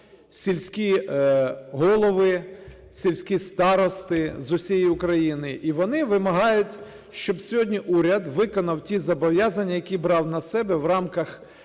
сільські голови, сільські старости з усієї України,. І вони вимагають, щоб сьогодні уряд виконав ті зобов'язання, які брав на себе в рамках